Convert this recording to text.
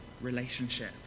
relationship